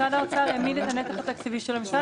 משרד האוצר העמיד את הנתח התקציבי של המשרד.